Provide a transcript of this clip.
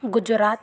Gujarat